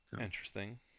Interesting